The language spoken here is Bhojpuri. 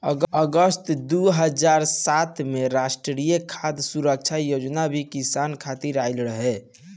अगस्त दू हज़ार सात में राष्ट्रीय खाद्य सुरक्षा योजना भी किसान खातिर आइल रहे